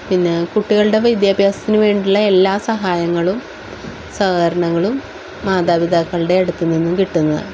പിന്നെ കുട്ടികളുടെ വിദ്യാഭ്യാസത്തിന് വേണ്ടുള്ള എല്ലാ സഹായങ്ങളും സഹകരണങ്ങളും മാതാപിതാക്കളുടെ അടുത്ത് നിന്നും കിട്ടുന്നതാണ്